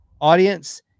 audience